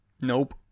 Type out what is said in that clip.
Nope